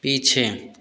पीछे